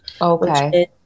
Okay